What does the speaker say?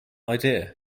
idea